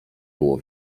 było